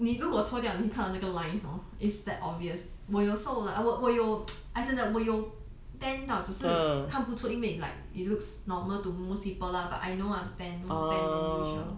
你如果脱掉你会看到那个 lines hor it's that obvious 我又瘦啦我我有 as in like 我有我有 tan 到只是看不出因为 like it looks normal to most people lah but I know I'm tan lor tanned than usual